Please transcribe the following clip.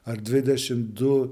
ar dvidešim du